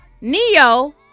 neo